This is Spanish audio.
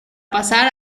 pasar